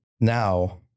now